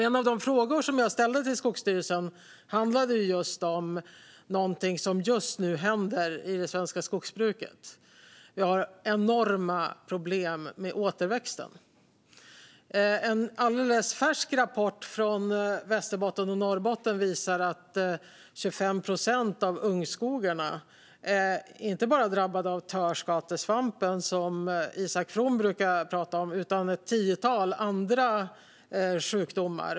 En av de frågor som jag ställde till Skogsstyrelsen handlade om någonting som just nu händer i det svenska skogsbruket. Vi har enorma problem med återväxten. En alldeles färsk rapport från Västerbotten och Norrbotten visar att 25 procent av ungskogarna inte bara är drabbade av törskatesvampen, som Isak From brukar tala om, utan också av ett tiotal andra sjukdomar.